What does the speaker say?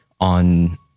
on